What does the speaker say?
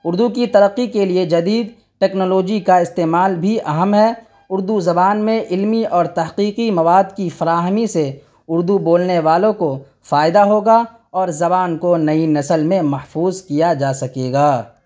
اردو کی ترقی کے لیے جدید ٹکنالوجی کا استعمال بھی اہم ہے اردو زبان میں علمی اور تحقیقی مواد کی فراہمی سے اردو بولنے والوں کو فائدہ ہوگا اور زبان کو نئی نسل میں محفوظ کیا جا سکے گا